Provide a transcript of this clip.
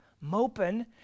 moping